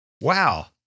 Wow